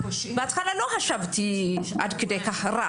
בהתחלה לא חשבתי שזה גרוע עד כדי כך.